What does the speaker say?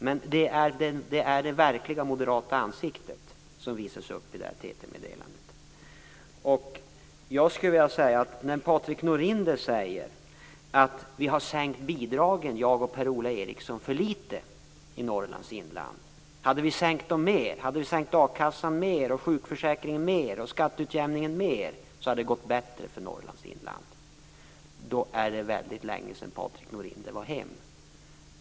Men det är det verkliga moderata ansiktet som visas upp i det här TT-meddelandet. Patrik Norinder säger att jag och Per-Ola Eriksson har sänkt bidragen för litet i Norrlands inland. Hade det gått bättre för Norrlands inland om vi hade sänkt a-kassan, sjukförsäkringen och skatteutjämningen mer? I så fall måste det vara väldigt länge sedan Patrik Norinder var hemma.